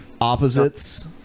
opposites